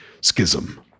schism